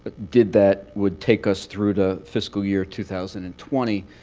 but did that, would take us through to fiscal year two thousand and twenty.